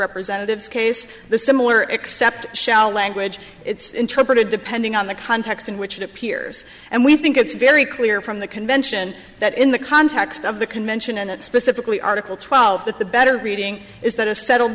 representatives case the similar except shall language it's interpreted depending on the context in which it appears and we think it's very clear from the convention that in the context of the convention and it specifically article twelve that the better reading is that a settled